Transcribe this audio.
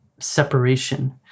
separation